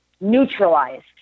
neutralized